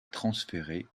transférer